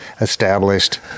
established